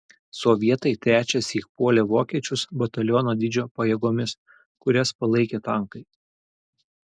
sovietai trečiąsyk puolė vokiečius bataliono dydžio pajėgomis kurias palaikė tankai